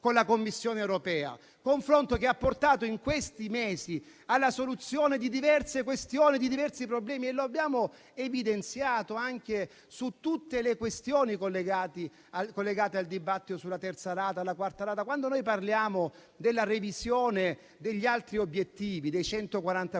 confronto che ha portato in questi mesi alla soluzione di diverse questioni e di diversi problemi e lo abbiamo evidenziato anche su tutte le questioni collegate al dibattito sulla terza rata e sulla quarta rata. Quando parliamo della revisione degli altri 144 obiettivi, vogliamo